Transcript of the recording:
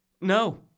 No